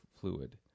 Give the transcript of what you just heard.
fluid